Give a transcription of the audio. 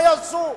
מה יעשו?